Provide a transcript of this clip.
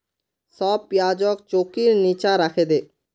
सब प्याजक चौंकीर नीचा राखे दे